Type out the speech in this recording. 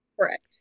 Correct